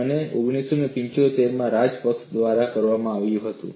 અને તે 1975 માં રાજપક્ષે દ્વારા કરવામાં આવ્યું હતું